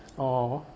orh